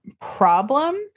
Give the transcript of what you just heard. problem